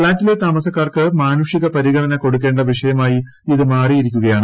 ഫ്ളാറ്റിലെ താമസക്കാർക്ക് മാനുഷിക പരിഗണന കൊടുക്കേ വിഷയമായി ഇത് മാറിയിരിക്കുകയാണ്